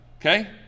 Okay